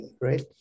right